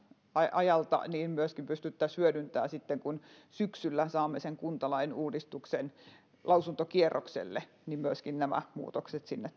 ajalta myöskin pystyttäisiin hyödyntämään sitten kun syksyllä saamme sen kuntalain uudistuksen lausuntokierrokselle että myöskin nämä muutokset sinne